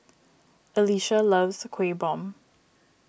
Alesia loves Kueh Bom